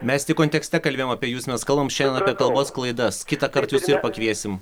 mes tik kontekste kalbėjom apie jus mes kalbam šiandien apie kalbos klaidas kitąkart jus ir pakviesim